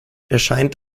erscheint